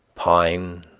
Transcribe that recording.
pine,